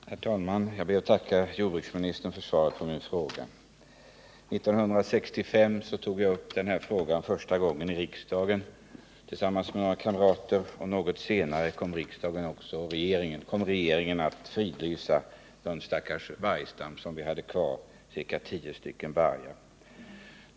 Herr talman! Jag ber att få tacka jordbruksministern för svaret på min fråga. 1965 tog jag tillsammans med några kamrater upp denna fråga första gången i riksdagen. Något senare kom regeringen att fridlysa den stackars vargstam som vi hade kvar, ca tio djur.